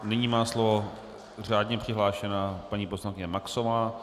Nyní má slovo řádně přihlášená paní poslankyně Maxová.